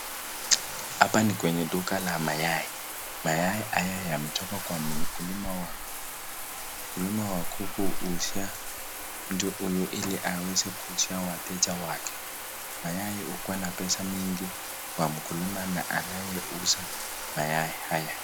Hapa ni kwenye duka la mayai. Mayai haya yametoka kwa mkulima wa kuku . Mkulima wa kuku uuzia mtu huyu iliaweze kuzuia wateja wake. Mayai ukuwa na pesa mingi kwa mkulima na anayeuza mayai haya.